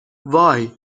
وای